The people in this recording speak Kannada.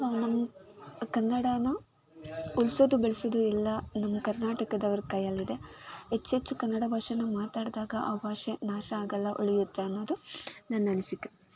ನಮ್ಮ ಕನ್ನಡಾನ ಉಳಿಸೋದು ಬೆಳೆಸೋದು ಎಲ್ಲ ನಮ್ಮ ಕರ್ನಾಟಕದವ್ರ ಕೈಯಲ್ಲಿದೆ ಹೆಚ್ಚು ಹೆಚ್ಚು ಕನ್ನಡ ಭಾಷೆನು ಮಾತಾಡಿದಾಗ ಆ ಭಾಷೆ ನಾಶ ಆಗೋಲ್ಲ ಉಳಿಯುತ್ತೆ ಅನ್ನೋದು ನನ್ನ ಅನಿಸಿಕೆ